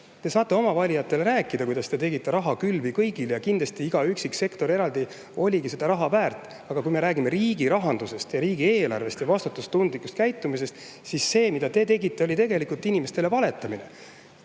Te saate oma valijatele rääkida, kuidas te tegite rahakülvi kõigile. Iga sektor eraldi kindlasti oligi seda raha väärt, aga kui me räägime riigi rahandusest, riigieelarvest ja vastutustundlikust käitumisest, siis see, mida te tegite, oli tegelikult inimestele valetamine.